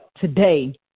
today